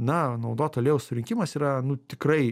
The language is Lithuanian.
na naudoto aliejaus surinkimas yra nu tikrai